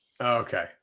okay